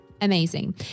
amazing